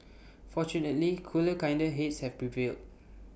fortunately cooler kinder heads have prevailed